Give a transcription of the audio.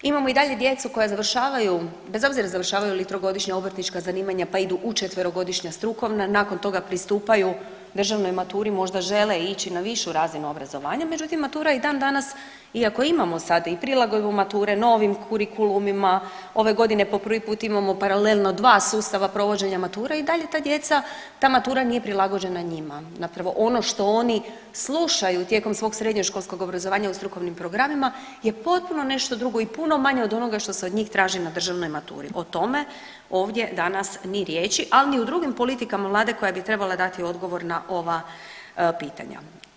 Imamo i dalje djecu koja završavaju bez obzira završavaju li 3-godišnja obrtnička zanimanja, pa idu u 4-godišnja strukovna, nakon toga pristupaju državnoj maturi, možda žele ići na višu razinu obrazovanja, međutim matura i dan danas iako imamo sada i prilagodbu mature novim kurikulumima, ove godine po prvi put imamo paralelno dva sustava provođenja mature i dalje ta djeca, ta matura nije prilagođena njima zapravo ono što oni slušaju tijekom svog srednjoškolskog obrazovanja u strukovnim programima je potpuno nešto drugo i puno manje od onoga što se od njih traži na državnoj maturi, o tome ovdje danas ni riječi, al ni u drugim politikama vlade koja bi trebala dati odgovor na ova pitanja.